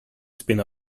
spin